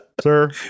Sir